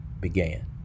began